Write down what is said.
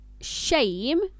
shame